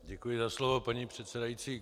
Děkuji za slovo, paní předsedající.